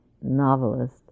novelist